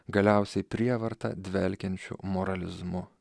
galiausiai prievarta dvelkiančiu moralizmu